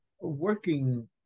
working